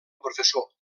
professor